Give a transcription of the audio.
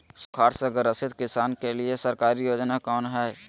सुखाड़ से ग्रसित किसान के लिए सरकारी योजना कौन हय?